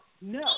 No